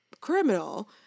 criminal